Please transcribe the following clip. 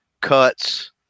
cuts